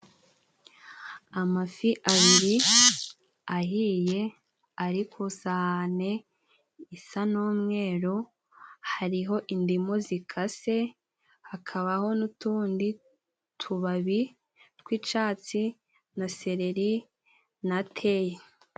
Amafi abiri ahiye ari ku sahane isa n'umweru, hariho indimu zikase, hakabaho n'utundi tubabi tw'icyatsi na sereri na teyi.